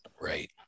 Right